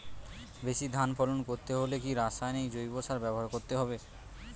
বেশি ধান ফলন করতে হলে কি রাসায়নিক জৈব সার ব্যবহার করতে হবে?